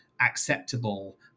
acceptable